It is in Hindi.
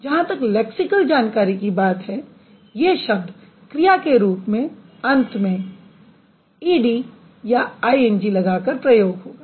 जहाँ तक लैक्सिकल जानकारी की बात है ये शब्द क्रिया के रूप में अंत में -ed या -ing लगाकर प्रयोग होगा